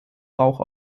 rauch